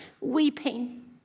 weeping